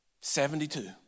Seventy-two